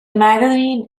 magazine